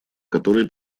которые